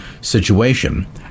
situation